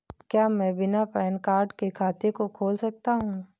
क्या मैं बिना पैन कार्ड के खाते को खोल सकता हूँ?